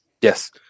yes